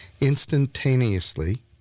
instantaneously